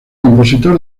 compositor